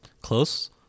close